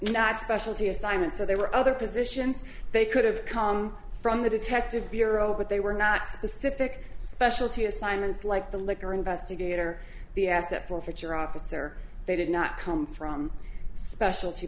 not specialty assignments or they were other positions they could have come from the detective bureau but they were not specific specialty assignments like the liquor investigator the at that forfeiture officer they did not come from specialty